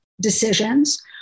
decisions